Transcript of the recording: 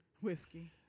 Whiskey